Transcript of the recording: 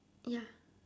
ya